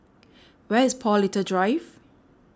where is Paul Little Drive